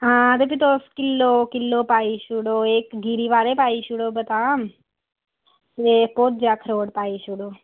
हां तुस किल्लो किल्लो पाई छोड़ो एह् गिरी आह्ला पाई छोड़ो बदाम ते इक्क भज्जे दा अखरोट पाई छोड़ो